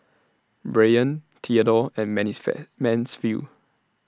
Brayan Theadore and Mansfield